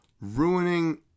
ruining